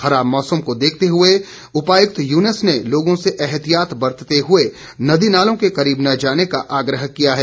खराब मौसम को देखते हुए उपायुक्त युनूस ने लोगों से एहतियात बरतते हुए नदी नालों के करीब न जाने का आग्रह किया है